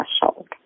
threshold